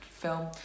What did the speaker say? film